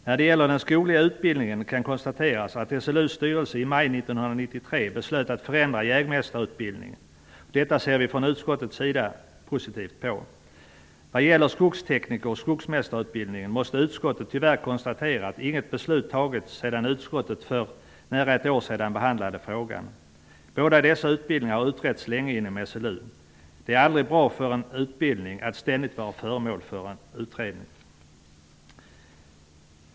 När det gäller den skogliga utbildningen kan det konstateras att SLU:s styrelse i maj 1993 beslöt att förändra jägmästarutbildningen. Detta ser vi i utskottet positivt på. Vad gäller skogstekniker och skogsmästarutbildningarna måste utskottet tyvärr konstatera att inget beslut fattats sedan utskottet för nära ett år sedan behandlade frågan. Båda dessa utbildningar har utretts länge inom SLU. Det är aldrig bra för en utbildning att ständigt vara föremål för en utredning.